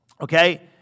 okay